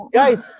guys